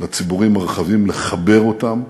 לציבורים הרחבים, לחבר אותם,